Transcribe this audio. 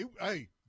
Hey